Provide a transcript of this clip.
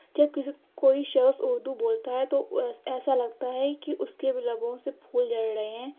جب کسی کوئی شخص اُردو بولتا ہے تو وہ ایسا لگتا ہے کہ اُس کے لبوں سے پھول جھڑ رہے ہیں